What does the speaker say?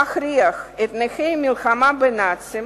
להכריח את נכי המלחמה בנאצים